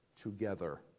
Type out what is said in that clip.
together